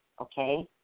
Okay